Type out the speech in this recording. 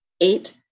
eight